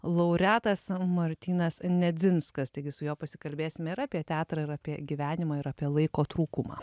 laureatas martynas nedzinskas taigi su juo pasikalbėsim ir apie teatrą ir apie gyvenimą ir apie laiko trūkumą